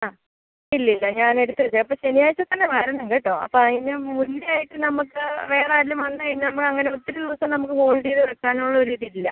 ആ ഇല്ലില്ല ഞാനെടുത്ത് വെക്കാം അപ്പോൾ ശനിയാഴ്ച തന്നെ വരണം കേട്ടോ അപ്പം അതിന് മുന്നേയായിട്ട് നമുക്ക് വേറാരേലും വന്ന് കഴിഞ്ഞാൽ നമ്മളങ്ങനെ ഒത്തിരി ദിവസം നമുക്ക് ഹോൾഡ് ചെയ്ത് വെക്കാനുള്ള ഒരിതില്ല